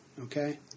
okay